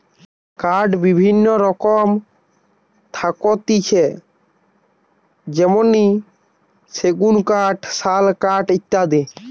কাঠের বিভিন্ন রকম থাকতিছে যেমনি সেগুন কাঠ, শাল কাঠ ইত্যাদি